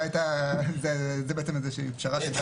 זאת בעצם פשרה שהייתה.